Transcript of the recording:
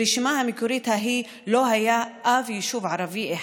ברשימה המקורית ההיא לא היה אף יישוב ערבי אחד.